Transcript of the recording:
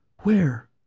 Where